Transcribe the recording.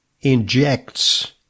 injects